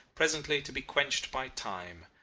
presently to be quenched by time,